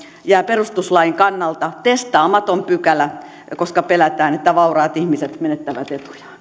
jää perustuslain kannalta testaamaton pykälä koska pelätään että vauraat ihmiset menettävät